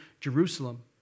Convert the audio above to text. Jerusalem